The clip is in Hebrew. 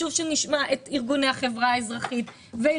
שוב שנשמע את ארגוני החברה האזרחית ואת